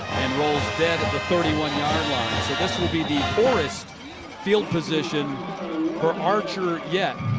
and rolls dead at the thirty one yard line. so this will be the poorest field position for archer yet.